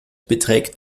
beträgt